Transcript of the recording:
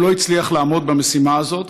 הוא לא הצליח לעמוד במשימה הזאת,